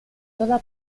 toda